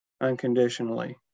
unconditionally